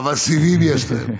אבל סיבים יש להם.